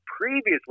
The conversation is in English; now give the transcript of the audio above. previously